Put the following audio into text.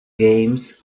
games